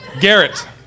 Garrett